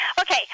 Okay